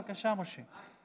בבקשה, משה.